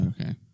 okay